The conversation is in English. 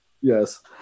Yes